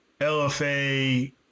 LFA